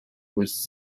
was